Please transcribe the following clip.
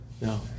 No